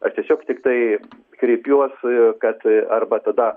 aš tiesiog tiktai kreipiuosi kad arba tada